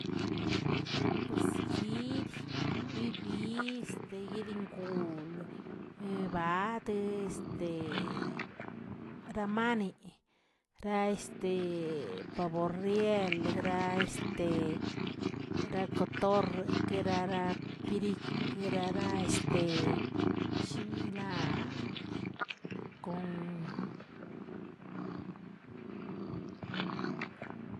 Puesi yid, bibist, yidigul, bat, ramane, ra pavorreal, ra ra kotorr, keraraꞌ pirikwꞌ, keraraꞌ shinꞌ ilaꞌa kon.